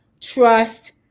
trust